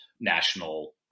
national